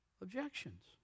objections